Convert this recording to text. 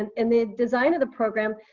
and and the design of the program,